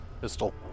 pistol